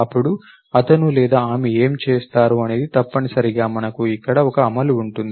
అప్పుడు అతను లేదా ఆమె ఏమి చేస్తారు అనేది తప్పనిసరిగా మనకు ఇక్కడ ఒక అమలు ఉంటుంది